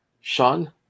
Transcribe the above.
Sean